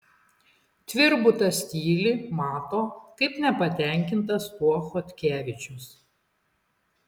tvirbutas tyli mato kaip nepatenkintas tuo chodkevičius